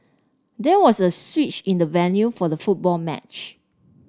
there was a switch in the venue for the football match